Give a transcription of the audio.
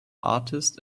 artist